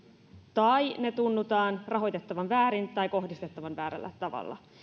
tai ne tunnutaan rahoitettavan väärin tai kohdistettavan väärällä tavalla